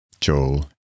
Joel